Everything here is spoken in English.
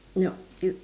nope y~